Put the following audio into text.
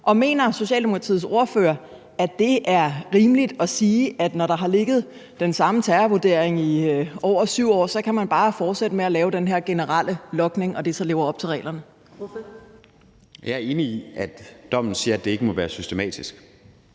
Og mener Socialdemokratiets ordfører, at det er rimeligt at sige, at når der har ligget den samme terrorvurdering i over 7 år, så kan man bare fortsætte med at lave den her generelle logning, og at det så lever op til reglerne? Kl. 14:49 Første næstformand (Karen Ellemann):